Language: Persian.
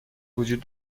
وجود